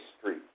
street